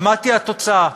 מה תהיה התוצאה?